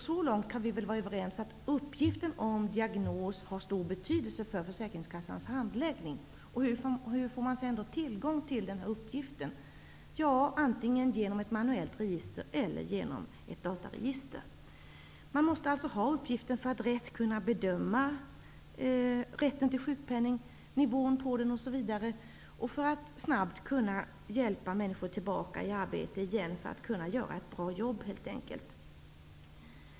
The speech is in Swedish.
Så långt kan vi väl vara överens att uppgiften om diagnos har stor betydelse för försäkringskassans handläggning. Hur får man sedan tillgång till uppgiften om diagnos? Jo, antingen genom ett manuellt register eller ett dataregister. Man måste alltså ha uppgiften för att på ett riktigt sätt kunna bedöma rätten till sjukpenning, nivån på den osv. och för att snabbt kunna hjälpa människor tillbaka till arbete igen. Man behöver uppgiften för att kunna göra ett bra jobb, helt enkelt.